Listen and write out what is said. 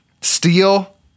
steel